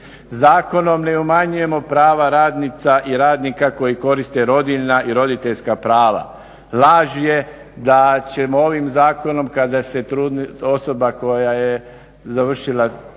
Zakonom ne umanjujemo prava radnica i radnika koji koriste rodiljna i roditeljska prava. Laž je da ćemo ovim Zakonom kada se osoba koja je završila